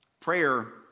Prayer